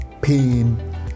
pain